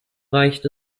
reicht